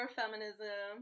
feminism